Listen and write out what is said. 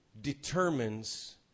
determines